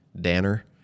Danner